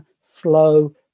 slow